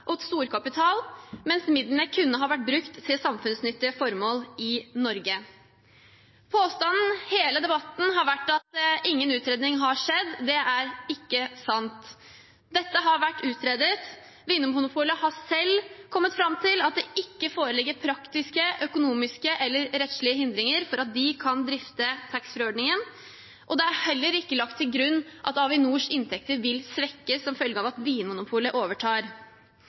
og storkapital, mens midlene kunne ha vært brukt til samfunnsnyttige formål i Norge. Påstanden i hele debatten har vært at ingen utredning har skjedd. Det er ikke sant. Dette har vært utredet, Vinmonopolet har selv kommet fram til at det ikke foreligger praktiske, økonomiske eller rettslige hindringer for at de kan drifte taxfree-ordningen. Det er heller ikke lagt til grunn at Avinors inntekter vil svekkes som følge av at Vinmonopolet overtar.